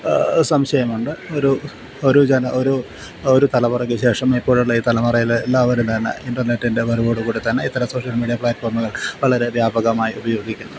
സംശയമുണ്ട് ഒരു ഒരു ജന ഒരു ഒരു തലമുറയ്ക്ക് ശേഷം ഇപ്പോഴുള്ള ഈ തലമുറയിൽ എല്ലാവരും തന്നെ ഇൻ്റർനെറ്റിൻ്റെ വരവോടുകൂടി തന്നെ ഇത്തരം സോഷ്യൽ മീഡിയ പ്ലാറ്റ്ഫോമുകൾ വളരെ വ്യാപകമായി ഉപയോഗിക്കുന്നുണ്ട്